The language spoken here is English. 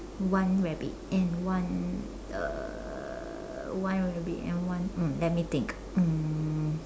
one rabbit and one uh one rabbit and one um let me think um